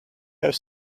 have